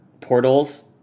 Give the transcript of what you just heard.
portals